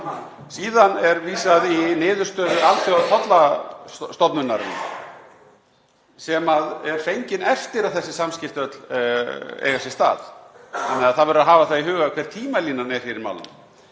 Síðan er vísað í niðurstöðu Alþjóðatollastofnunarinnar sem er fengin eftir að þessi samskipti öll eiga sér stað, þannig að það verður að hafa það í huga hver tímalínan er í málinu.